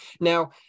Now